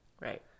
Right